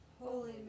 Holy